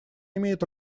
имеют